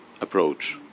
approach